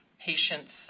patients